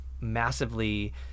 massively